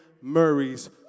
Murray's